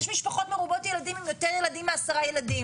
יש משפחות מרובות ילדים עם יותר ילדים מ-10 ילדים.